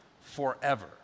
forever